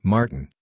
Martin